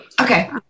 okay